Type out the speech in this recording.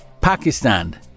Pakistan